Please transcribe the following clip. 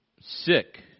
sick